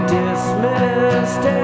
dismissed